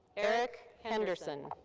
eric henderson.